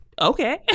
Okay